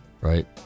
right